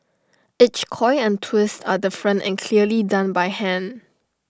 each coil and twist are different and clearly done by hand